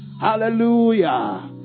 hallelujah